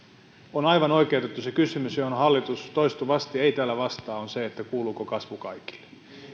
on aivan oikeutettu se kysymys johon hallitus toistuvasti ei täällä vastaa ja se on se kuuluuko kasvu kaikille